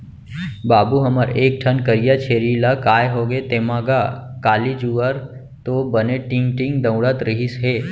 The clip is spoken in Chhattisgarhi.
बाबू हमर एक ठन करिया छेरी ला काय होगे तेंमा गा, काली जुवार तो बने टींग टींग दउड़त रिहिस हे